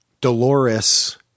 Dolores